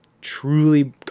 truly